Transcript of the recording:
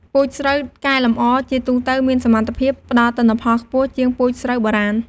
ពូជស្រូវកែលម្អជាទូទៅមានសមត្ថភាពផ្ដល់ទិន្នផលខ្ពស់ជាងពូជស្រូវបុរាណ។